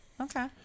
okay